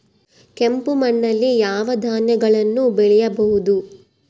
ಕೆಂಪು ಮಣ್ಣಲ್ಲಿ ಯಾವ ಧಾನ್ಯಗಳನ್ನು ಬೆಳೆಯಬಹುದು?